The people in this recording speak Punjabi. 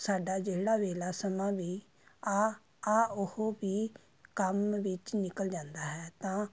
ਸਾਡਾ ਜਿਹੜਾ ਵਿਹਲਾ ਸਮਾਂ ਵੀ ਆਹ ਆਹ ਉਹ ਵੀ ਕੰਮ ਵਿੱਚ ਨਿਕਲ ਜਾਂਦਾ ਹੈ ਤਾਂ